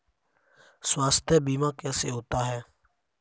स्वास्थ्य बीमा कैसे होता है?